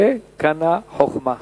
זה קנה חוכמה.